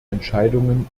entscheidungen